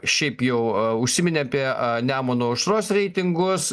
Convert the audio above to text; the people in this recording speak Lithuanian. šiaip jau a užsiminėm apie a nemuno aušros reitingus